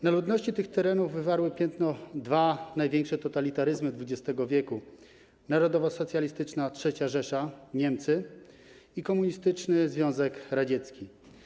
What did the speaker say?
Na ludności tych terenów wywarły piętno dwa największe totalitaryzmy XX w. - narodowosocjalistyczna III Rzesza, Niemcy, i komunistyczny Związek Radziecki.